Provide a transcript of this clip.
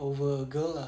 over a girl lah